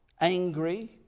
angry